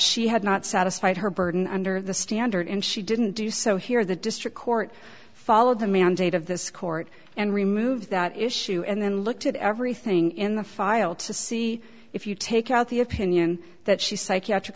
she had not satisfied her burden under the standard and she didn't do so here the district court followed the mandate of this court and removed that issue and then looked at everything in the file to see if you take out the opinion that she psychiatric